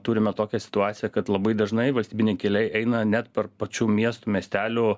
turime tokią situaciją kad labai dažnai valstybiniai keliai eina net per pačių miestų miestelių